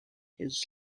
his